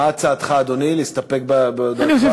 מה הצעתך, אדוני, להסתפק בהודעתך?